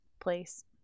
place